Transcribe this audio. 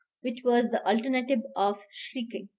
which was the alternative of shrieking,